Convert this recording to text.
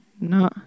No